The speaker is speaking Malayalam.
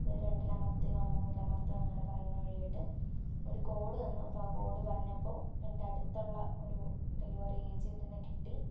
അതു രണ്ടിലമർത്തുക മൂന്നിലമർത്തുക അങ്ങനെ പറയുന്ന വഴിയായിട്ട് ഒരു കോഡ് തന്ന് അപ്പോൾ ആ കോഡ് പറഞ്ഞപ്പോൾ എൻ്റെ അടുത്തുള്ള ഒരു ഡെലിവറി ഏജൻറ്റിനെ കിട്ടി